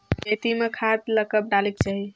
खेती म खाद ला कब डालेक चाही?